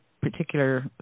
particular